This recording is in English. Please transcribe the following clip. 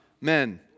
men